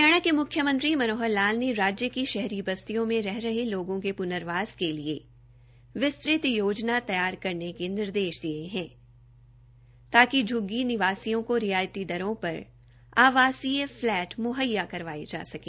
हरियाणा के म्ख्यमंत्री मनोहर लाल ने राज्य में शहरी क्षेत्र में रह रहे लोगों के प्नर्वास के लिए विस्तृत योजना तैयार करने के निर्देश दिये है ताकि झ्ग्गी निवासियों को रियायती दरों पर आवासीय फ्लैट मुंहैया करवाये जा सके